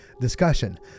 discussion